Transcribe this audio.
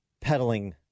peddling